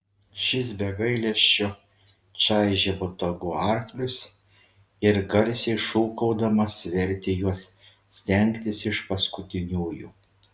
šis be gailesčio čaižė botagu arklius ir garsiai šūkaudamas vertė juos stengtis iš paskutiniųjų